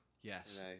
Yes